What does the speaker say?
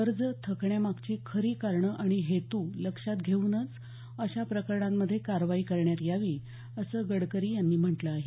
कर्ज थकण्यामागची खरी कारणं आणि हेतू लक्षात घेऊनच अशा प्रकरणांमध्ये कारवाई करण्यात यावी असं गडकरी यांनी म्हटलं आहे